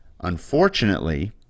Unfortunately